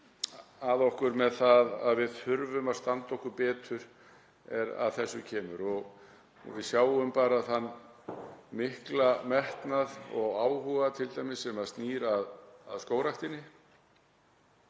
að okkur með það að við þurfum að standa okkur betur er að þessu kemur. Við sjáum bara þann mikla metnað og áhuga sem snýr t.d. að skógræktinni.